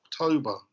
October